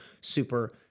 super